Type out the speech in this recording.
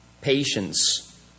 patience